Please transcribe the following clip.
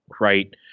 Right